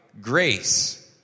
grace